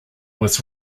was